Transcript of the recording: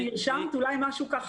את מי את מייצגת ומה השם